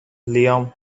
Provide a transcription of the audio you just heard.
لیام